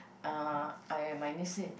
uh I my niece said